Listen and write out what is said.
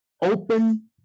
Open